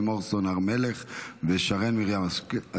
לימור סון הר מלך ושרן מרים השכל.